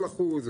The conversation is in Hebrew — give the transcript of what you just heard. כל אחוז,